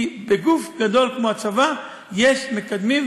כי בגוף גדול כמו הצבא יש מקדמים,